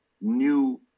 new